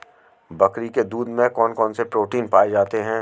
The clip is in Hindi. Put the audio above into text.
बकरी के दूध में कौन कौनसे प्रोटीन पाए जाते हैं?